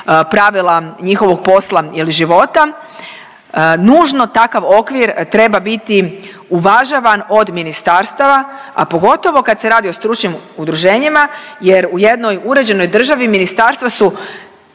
pravila njihovog posla ili života. Nužno takav okvir treba biti uvažavan od ministarstava, a pogotovo kad se radi o stručnim udruženjima jer u jednoj uređenoj državi ministarstva su